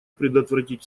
предотвратить